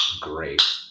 great